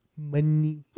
Money